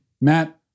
Matt